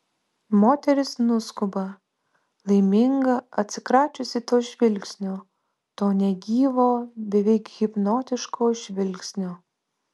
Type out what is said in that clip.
moteris nuskuba laiminga atsikračiusi to žvilgsnio to negyvo beveik hipnotiško žvilgsnio